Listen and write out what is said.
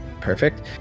perfect